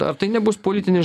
ar tai nebus politinis